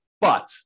But-